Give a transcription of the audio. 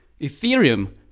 Ethereum